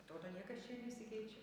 atrodo niekas čia nesikeičia